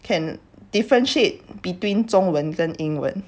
can differentiate between 中文 than 英文